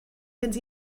fynd